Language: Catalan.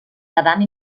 quedant